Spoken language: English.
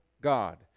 God